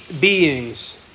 beings